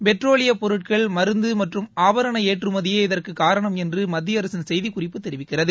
பெட்ரோலியப் பொருட்கள் மருந்து மற்றும் ஆபரன ஏற்றுமதியே இதற்குக் காரணம் என்று மத்திய அரசின் செய்திக்குறிப்பு தெரிவிக்கிறது